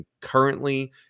currently